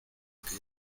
que